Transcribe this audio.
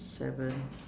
seven